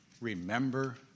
Remember